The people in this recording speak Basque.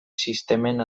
sistemen